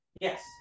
yes